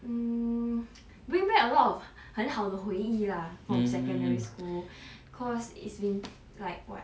mm bring back a lot of 很好的回忆 lah from secondary school cause it's been like what